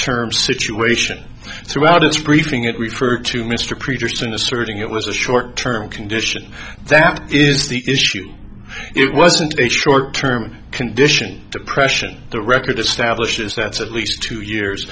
term situation throughout its briefing it referred to mr preachers and asserting it was a short term condition that is the issue it wasn't a short term condition depression the record establishes that's at least two years